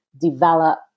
develop